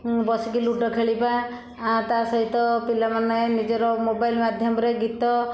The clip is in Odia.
ବସିକି ଲୁଡୋ ଖେଳିବା ତା' ସହିତ ପିଲାମାନେ ନିଜର ମୋବାଇଲ ମାଧ୍ୟମରେ ଗୀତ